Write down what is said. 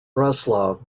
breslau